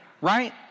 right